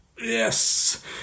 yes